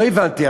לא הבנתי,